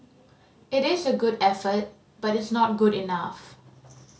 it is a good effort but it's not good enough